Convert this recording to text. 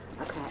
Okay